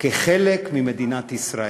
לחלק ממדינת ישראל.